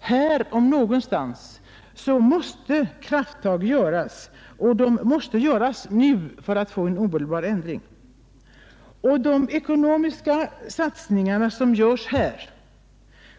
Här om någonstans måste krafttag göras för en ändring, och de måste göras omedelbart. De ekonomiska satsningarna på detta område